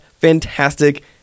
fantastic